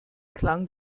klang